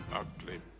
ugly